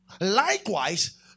Likewise